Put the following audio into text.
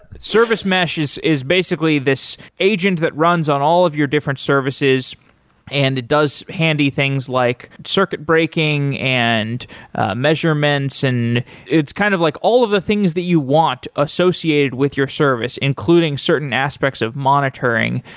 service mesh is is basically this agent that runs on all of your different services and it does handy things like circuit breaking and measurements and it's kind of like all of the things that you want associated with your service, including certain aspects of monitoring.